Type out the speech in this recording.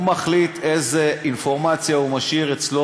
הוא מחליט איזה אינפורמציה הוא משאיר אצלו